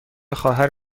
خواهر